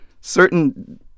certain